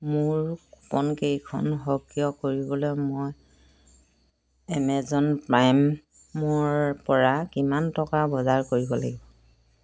মোৰ কুপনকেইখন সক্ৰিয় কৰিবলৈ মই এমেজন প্ৰাইমৰ পৰা কিমান টকাৰ বজাৰ কৰিব লাগিব